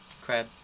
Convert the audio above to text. Crab